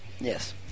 Yes